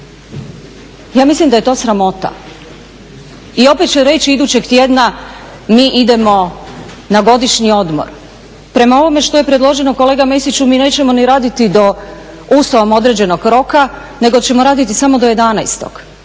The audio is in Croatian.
Ja mislim da je to sramota. I opet će reći idućeg tjedna mi idemo na godišnji odmor. Prema ovome što je predloženo kolega Mesiću mi nećemo ni raditi do Ustavom određenog roka, nego ćemo raditi samo do